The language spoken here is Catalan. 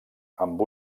amb